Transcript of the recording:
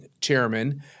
chairman